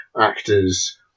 actors